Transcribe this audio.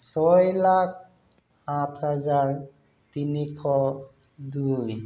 ছয় লাখ আঠ হাজাৰ তিনিশ দুই